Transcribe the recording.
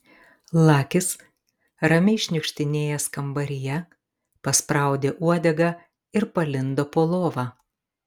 lakis ramiai šniukštinėjęs kambaryje paspraudė uodegą ir palindo po lova